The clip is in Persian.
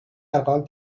ارقام